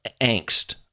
angst